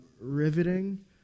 riveting